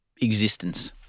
existence